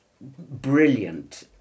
brilliant